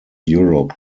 europe